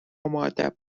مودب